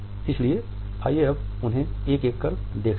इसलिए आइए अब उन्हें एक एक करके देखते है